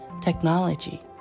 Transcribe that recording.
technology